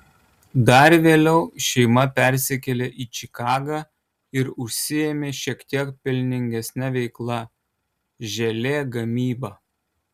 dar vėliau šeima persikėlė į čikagą ir užsiėmė šiek tiek pelningesne veikla želė gamyba